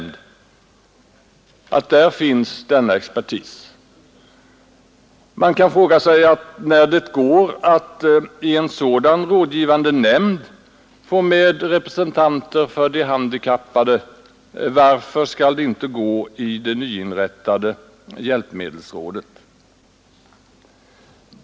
När det går att i en sådan rådgivande nämnd få med representanter för de handikappade, varför skall det inte gå i det nyinrättade hjälpmedelsrådet?